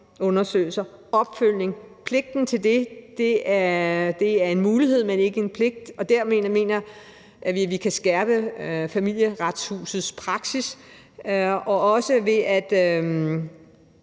undersøgelser og opfølgning. Pligten til det er en mulighed, men ikke en pligt, og der mener jeg, at vi kan skærpe Familieretshusets praksis, også ved at